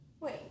Wait